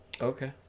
Okay